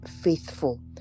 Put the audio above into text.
faithful